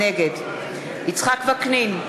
נגד יצחק וקנין,